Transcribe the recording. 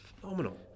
phenomenal